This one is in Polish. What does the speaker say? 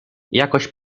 jakoś